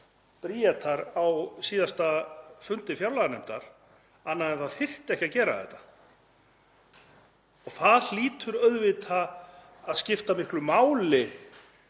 Bríetar á síðasta fundi fjárlaganefndar en að það þyrfti ekki að gera þetta. Það hlýtur auðvitað að skipta miklu máli